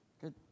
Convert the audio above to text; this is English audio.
Good